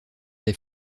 des